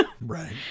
right